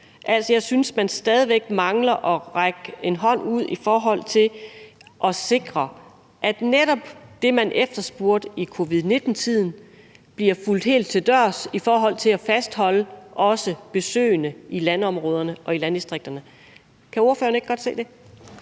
jeg synes, at man stadig væk mangler at række en hånd ud for at sikre, at netop det, man efterspurgte i covid-19-tiden, bliver fulgt helt til dørs i forhold til at fastholde også besøgende i landområderne og i landdistrikterne. Kan ordføreren ikke godt se det?